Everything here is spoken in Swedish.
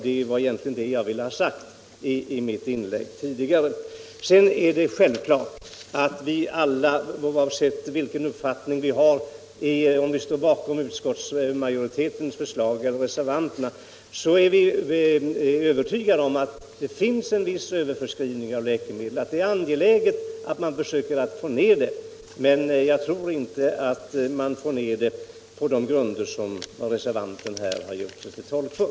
Det var egentligen det jag ville ha sagt i mitt tidigare inlägg. Sedan är det självklart att vi alla, oavsett om vi står bakom utskottsmajoritetens förslag eller reservanternas, är övertygade om att det förekommer en viss överförskrivning av läkemedel och att det är angeläget att försöka få ner den. Jag tror dock inte att man får ned den på de grunder som reservanten här har gjort sig till tolk för.